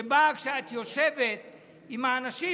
שבה כשאת יושבת עם האנשים,